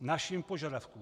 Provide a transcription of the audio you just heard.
našim požadavkům.